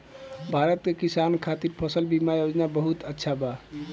भारत के किसान खातिर फसल बीमा योजना बहुत अच्छा बा